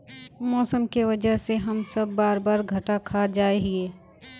मौसम के वजह से हम सब बार बार घटा खा जाए हीये?